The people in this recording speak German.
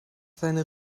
seine